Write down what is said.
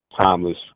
timeless